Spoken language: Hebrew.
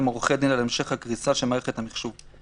מעורכי-דין על המשך הקריסה של מערכת המחשוב.